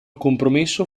compromesso